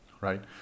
right